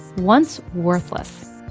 once worthless,